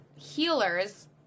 Healers